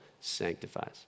sanctifies